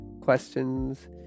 questions